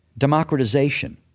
democratization